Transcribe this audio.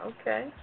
Okay